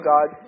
God